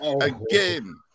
again